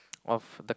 of the